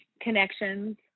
connections